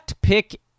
pick